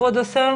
כבוד השר?